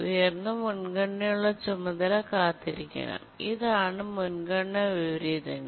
ഉയർന്ന മുൻഗണനയുള്ള ചുമതല കാത്തിരിക്കണം ഇത് ആണ് മുൻഗണനാ വിപരീതങ്ങൾ